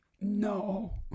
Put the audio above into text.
no